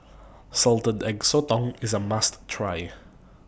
Salted Egg Sotong IS A must Try